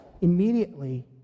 Immediately